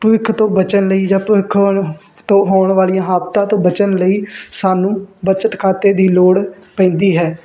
ਭਵਿੱਖ ਤੋਂ ਬਚਣ ਲਈ ਜਾਂ ਭਵਿੱਖ ਵਲੋਂ ਤੋਂ ਹੋਣ ਵਾਲੀਆਂ ਆਫਤਾਂ ਤੋਂ ਬਚਣ ਲਈ ਸਾਨੂੰ ਬਚਤ ਖਾਤੇ ਦੀ ਲੋੜ ਪੈਂਦੀ ਹੈ